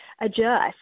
adjust